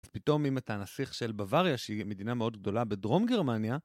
פתאום אם אתה הנסיך של בווריה, שהיא מדינה מאוד גדולה בדרום גרמניה,